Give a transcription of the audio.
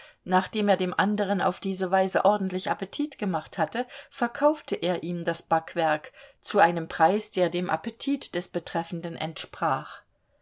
nachdem er dem anderen auf diese weise ordentlich appetit gemacht hatte verkaufte er ihm das backwerk zu einem preis der dem appetit des betreffenden entsprach